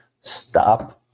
Stop